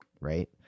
right